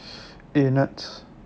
eh Nads